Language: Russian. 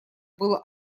было